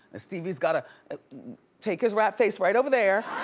stevie's gotta take his rat face right over there.